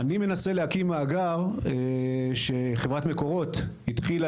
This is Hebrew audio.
אני מנסה להקים מאגר שחברת מקורות התחילה